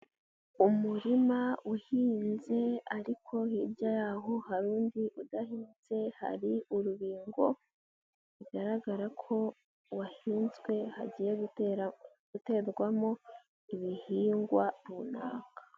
Umurima uhinze ariko hirya y'aho hari undi udahinze. Hari urubingo bigaragara ko wahinzwe hagiye gutera guterwamo ibihingwa runaka.